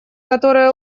которые